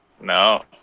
No